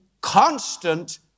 constant